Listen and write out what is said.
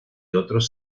otros